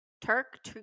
Turk